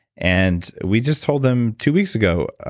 and we just told them two weeks ago,